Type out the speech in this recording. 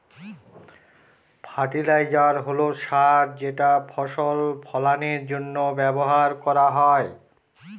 fertiliser হল সার যেটা ফসল ফলানের জন্য ব্যবহার করা হয়